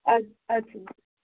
اد اَدٕ